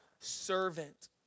Servant